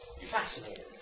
Fascinating